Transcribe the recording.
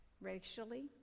racially